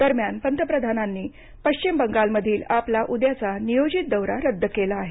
दरम्यान पंतप्रधानांनी पश्चिम बंगाल मधील आपला उद्याचा नियोजित दौरा रद्द केला आहे